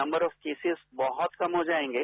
number of cases बहत कम हो जाएंगे